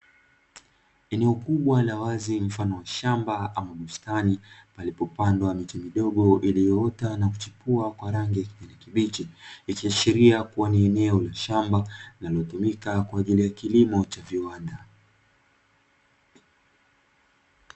Eneo kubwa la wazi mfano wa shamba ama bustani palipopandwa miche midogo iliyoota na kuchipua kwa rangi ya kijani kibichi, ikiashiria kuwa ni eneo la shamba linalotumika kwa ajili ya kilimo cha viwanda.